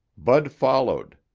bud followed.